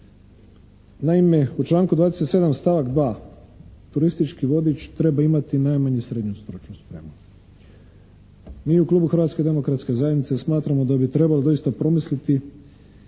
Naime, u članku 27. stavak 2. turistički vodič treba imati najmanje srednju stručnu spremu. Mi u klubu Hrvatske demokratske zajednice smatramo da bi trebali doista promisliti